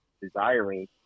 desiring